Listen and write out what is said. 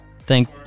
Thank